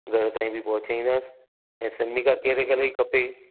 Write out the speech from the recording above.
घर ताईं बि पहुंचाईंदासि ऐं सनमिका कहिड़े कलर जी खपे